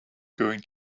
going